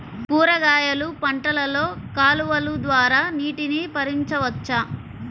కూరగాయలు పంటలలో కాలువలు ద్వారా నీటిని పరించవచ్చా?